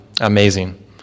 amazing